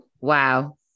Wow